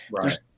Right